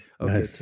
okay